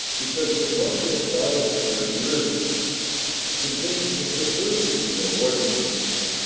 because the micro-biosphere of the earth contains ah diversity of organisms